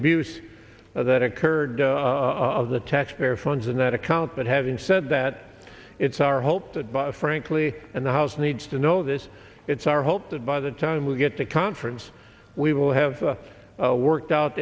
abuse that occurred of the taxpayer funds in that account but having said that it's our hope that but frankly and the house needs to know this it's our hope that by the time we get to conference we will have worked out